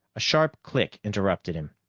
a sharp click interrupted him.